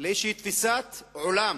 לאיזו תפיסת עולם